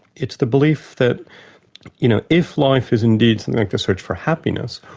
it's the belief that you know if life is indeed and like the search for happiness,